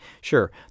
Sure